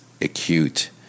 acute